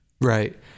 Right